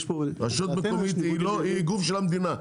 רשות מקומית היא גוף של המדינה.